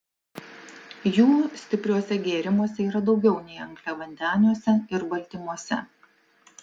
jų stipriuose gėrimuose yra daugiau nei angliavandeniuose ir baltymuose